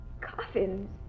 Coffins